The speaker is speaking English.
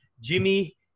Jimmy